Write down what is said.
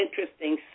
interesting